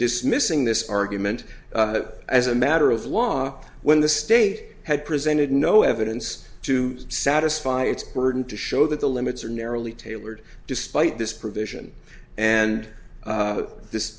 dismissing this argument as a matter of law when the state had presented no evidence to satisfy its burden to show that the limits are narrowly tailored despite this provision and